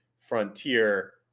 frontier